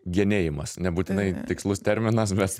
genėjimas nebūtinai tikslus terminas bet